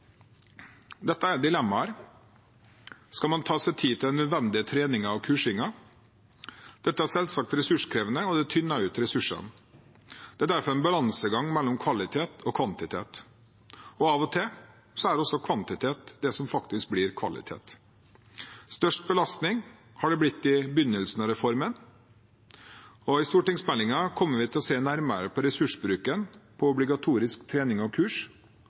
Dette er selvsagt ressurskrevende og tynner ut ressursene. Det er derfor en balansegang mellom kvalitet og kvantitet – og av og til er kvantitet det som faktisk blir kvalitet. Størst belastning ble det i begynnelsen av reformen. I stortingsmeldingen kommer vi til å se nærmere på ressursbruken til obligatorisk trening og kurs.